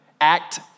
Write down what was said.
act